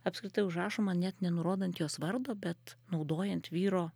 apskritai užrašoma net nenurodant jos vardo bet naudojant vyro